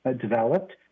developed